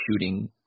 shooting